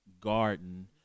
garden